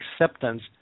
acceptance